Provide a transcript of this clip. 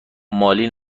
مالی